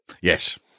Yes